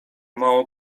mało